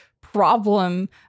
problem